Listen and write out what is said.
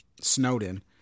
Snowden